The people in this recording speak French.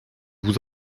vous